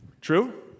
True